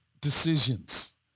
decisions